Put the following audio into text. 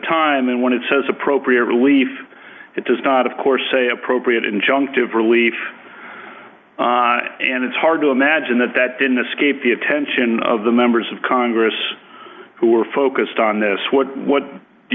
time and when it says appropriate relief it does not of course a appropriate injunctive relief and it's hard to imagine that that didn't escape the attention of the members of congress who are focused on this w